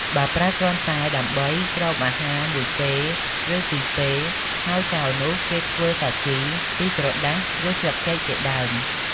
បើប្រើគ្រាន់តែដើម្បីគ្របអាហារមួយពេលឬពីរពេលហើយចោលនោះ គេអាចធ្វើសាជីពីក្រដាសឬស្លឹកចេកជាដើម។